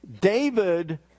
David